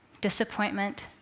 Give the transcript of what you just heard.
disappointment